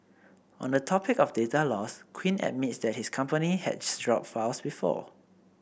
on the topic of data loss Quinn admits that his company had dropped files before